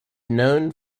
known